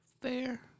Fair